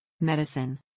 Medicine